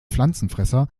pflanzenfresser